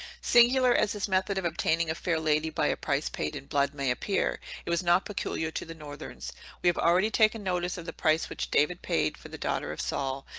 singular as this method of obtaining a fair lady by a price paid in blood may appear, it was not peculiar to the northerns we have already taken notice of the price which david paid for the daughter of saul,